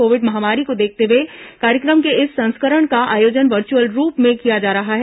Covid महामारी को देखते हुए कार्यक्रम के इस संस्करण का आयोजन वर्च्यअल रूप में किया जा रहा है